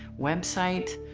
website,